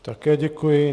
Také děkuji.